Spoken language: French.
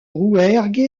rouergue